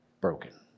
broken